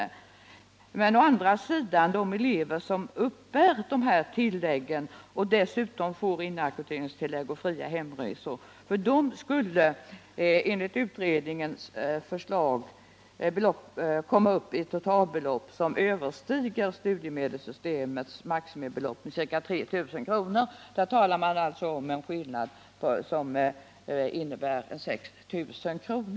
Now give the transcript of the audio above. De elever å andra sidan som uppbär nu nämnda tillägg och som dessutom får inackorderingstillägg och fria hemresor skulle enligt utredningens förslag komma upp i ett totalbelopp som överstiger studiemedelssystemets maximibelopp med ca 3 000 kr.” Där talar man alltså om en skillnad på 6 000 kr.